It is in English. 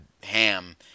ham